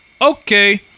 Okay